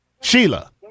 Sheila